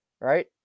right